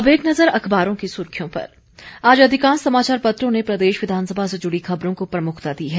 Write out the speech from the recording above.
अब एक नजर अखबारों की सुर्खियों पर आज अधिकांश समाचार पत्रों ने प्रदेश विधानसभा से जुड़ी खबरों को प्रमुखता दी है